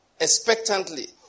expectantly